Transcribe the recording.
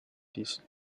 these